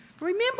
Remember